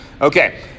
Okay